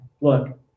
Look